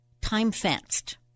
time-fenced